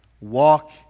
Walk